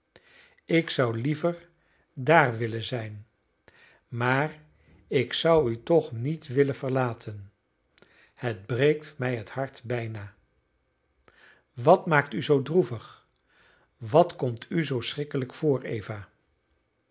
ik zou liever daar willen zijn maar ik zou u toch niet willen verlaten het breekt mij het hart bijna wat maakt u zoo droevig wat komt u zoo schrikkelijk voor eva